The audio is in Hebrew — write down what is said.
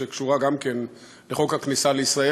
שקשורה גם כן לחוק הכניסה לישראל,